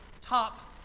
top